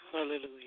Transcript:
Hallelujah